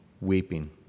weeping